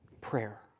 prayer